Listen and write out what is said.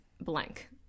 blank